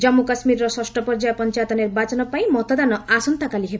ଜାମ୍ମୁ କାଶ୍ମୀରର ଷଷ୍ଠ ପର୍ଯ୍ୟାୟ ପଞ୍ଚାୟତ ନିର୍ବାଚନ ପାଇଁ ମତଦାନ ଆସନ୍ତାକାଲି ହେବ